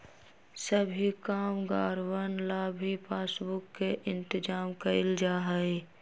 सभी कामगारवन ला भी पासबुक के इन्तेजाम कइल जा हई